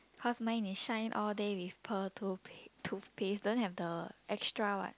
cause my is shine all day with pearl toothpaste toothpaste don't have the extra what